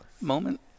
moment